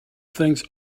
things